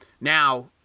now